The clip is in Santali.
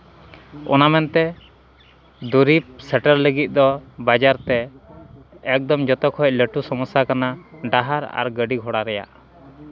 ᱚᱱᱟ ᱢᱮᱱᱛᱮ ᱫᱚᱨᱤᱵᱽ ᱥᱮᱴᱮᱨ ᱞᱟᱹᱜᱤᱫ ᱫᱚ ᱵᱟᱡᱟᱨᱛᱮ ᱮᱠᱫᱚᱢ ᱡᱚᱛᱚ ᱠᱷᱚᱡ ᱞᱟᱹᱴᱩ ᱥᱚᱢᱚᱥᱥᱟ ᱠᱟᱱᱟ ᱰᱟᱦᱟᱨ ᱟᱨ ᱜᱟᱹᱰᱤ ᱜᱷᱳᱲᱟ ᱨᱮᱭᱟᱜ